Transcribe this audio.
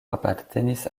apartenis